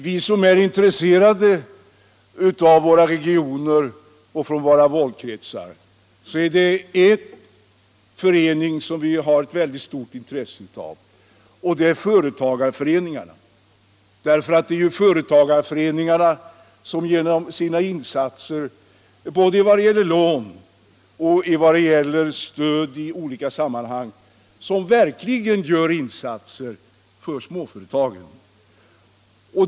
Vi som är intresserade av utvecklingen i våra län har ett väldigt stort intresse av företagarföreningarna. Det är företagarföreningarna som genom sina insatser i form av lån och stöd i olika sammanhang verkligen hjälper småföretagen.